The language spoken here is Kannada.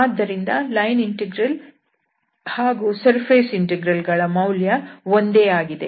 ಆದ್ದರಿಂದ ಲೈನ್ ಇಂಟೆಗ್ರಲ್ ಹಾಗೂ ಸರ್ಫೇಸ್ ಇಂಟೆಗ್ರಲ್ ಗಳ ಮೌಲ್ಯವು ಒಂದೇ ಆಗಿದೆ